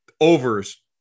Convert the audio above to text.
overs